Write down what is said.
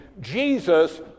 Jesus